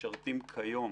משרתים כיום